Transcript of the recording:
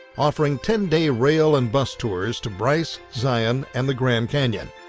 offering ten-day rail and bus tours to bryce, zion, and the grand canyon.